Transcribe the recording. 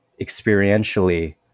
experientially